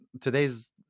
today's